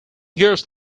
years